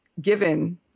given